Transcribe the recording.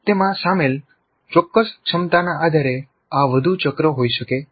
તેમાં સામેલ ચોક્કસ ક્ષમતાના આધારે આ વધુ ચક્ર હોઈ શકે છે